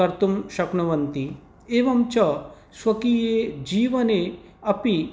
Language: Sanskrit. कर्तुं शक्नुवन्ति एवं च स्वकीये जीवने अपि